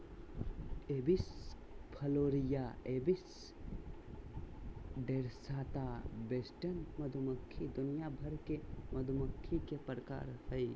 Apis florea, Apis dorsata, western मधुमक्खी दुनिया भर के मधुमक्खी के प्रकार हय